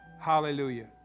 Hallelujah